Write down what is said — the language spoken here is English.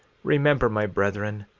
remember, my brethren,